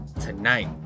tonight